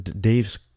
Dave's